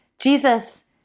Jesus